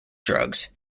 drugs